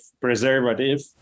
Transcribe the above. preservative